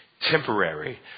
temporary